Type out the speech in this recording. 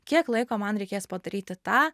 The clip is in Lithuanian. kiek laiko man reikės padaryti tą